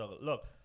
Look